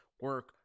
Work